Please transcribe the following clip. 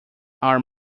are